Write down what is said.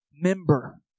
member